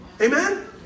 Amen